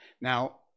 Now